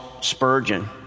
Spurgeon